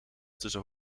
tussen